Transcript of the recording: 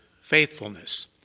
faithfulness